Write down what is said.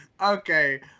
okay